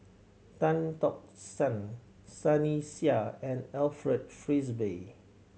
Tan Tock San Sunny Sia and Alfred Frisby